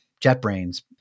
JetBrain's